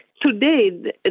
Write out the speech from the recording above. today